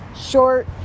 short